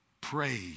Praise